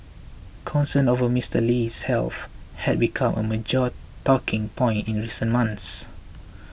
concerns over Mister Lee's health had become a major talking point in recent months